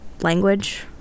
language